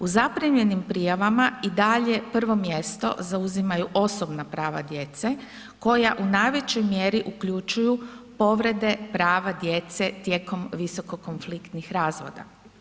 U zaprimljenim prijavama i dalje prvo mjesto zauzimaju osobna prava djece koja u najvećoj mjeri uključuju povrede prava djece tijekom visoko konfliktnih razvoda.